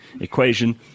equation